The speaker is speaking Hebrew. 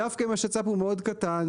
דווקא אם השצ"פ הוא מאוד קטן,